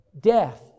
death